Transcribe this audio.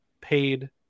paid